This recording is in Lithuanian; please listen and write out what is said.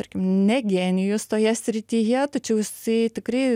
tarkim ne genijus toje srityje tačiau jisai tikrai